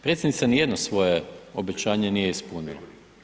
Predsjednica ni jedno svoje obećanje nije ispunila.